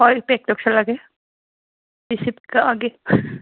ꯍꯣꯏ ꯄꯦꯛ ꯇꯧꯁꯜꯂꯒꯦ ꯔꯤꯁꯤꯞ ꯀꯛꯑꯒꯦ